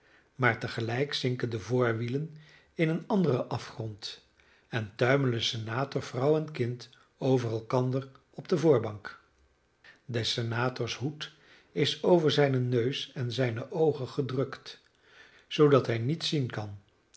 maar te gelijk zinken de voorwielen in een anderen afgrond en tuimelen senator vrouw en kind over elkander op de voorbank des senators hoed is over zijnen neus en zijne oogen gedrukt zoodat hij niet zien kan